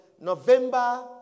November